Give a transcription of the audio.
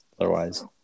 otherwise